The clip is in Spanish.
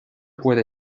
puede